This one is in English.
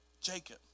Jacob